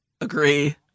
Agree